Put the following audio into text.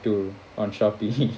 too on shopee